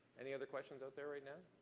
any other questions out there right now?